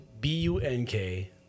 B-U-N-K